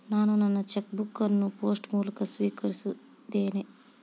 ನಾನು ನನ್ನ cheque book ಅನ್ನು ಪೋಸ್ಟ್ ಮೂಲಕ ಸ್ವೀಕರಿಸಿದ್ದೇನೆ